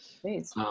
Please